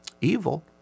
Evil